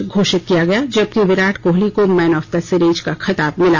match घोषित किया गया जबकि विराट कोहली को मैन ऑफ दी सीरीज का खिताब मिला